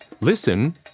Listen